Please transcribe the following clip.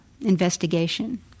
investigation